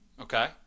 okay